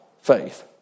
faith